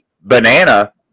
banana